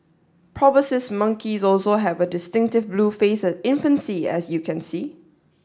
proboscis monkeys also have a distinctive blue face at infancy as you can see